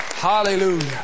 Hallelujah